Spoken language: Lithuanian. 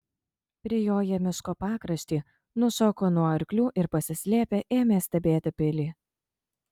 prijoję miško pakraštį nušoko nuo arklių ir pasislėpę ėmė stebėti pilį